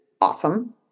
awesome